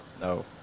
no